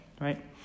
right